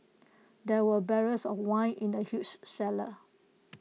there were barrels of wine in the huge cellar